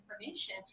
information